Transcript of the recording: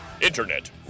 Internet